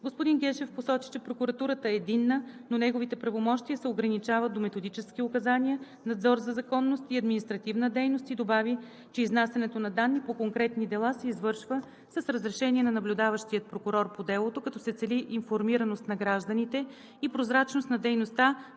Господин Гешев посочи, че прокуратурата е единна, но неговите правомощия се ограничават до методически указания, надзор за законност и административна дейност и добави, че изнасянето на данни по конкретни дела се извършва с разрешение на наблюдаващия прокурор по делото, като се цели информираност на гражданите и прозрачност на дейността